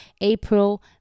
april